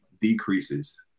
decreases